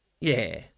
Yeah